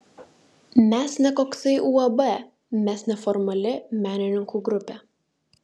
mes ne koksai uab mes neformali menininkų grupė